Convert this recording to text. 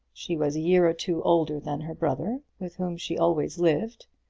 she was a year or two older than her brother, with whom she always lived,